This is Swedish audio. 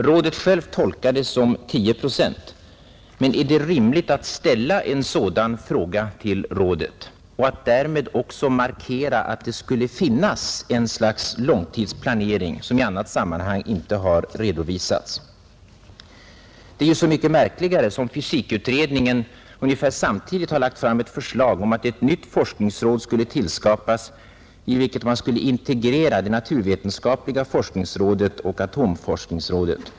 Rådet självt tolkar det som 10 procent, men är det rimligt att ställa en sådan fråga till rådet och att därmed också markera att det skulle finnas ett slags långtidsplanering, som i annat sammanhang inte har redovisats? Det är så mycket märkligare som fysikutredningen ungefär samtidigt har lagt fram ett förslag om att ett nytt forskningsråd skulle tillskapas, i vilket man skulle integrera det naturvetenskapliga forskningsrådet och atomforskningsrådet.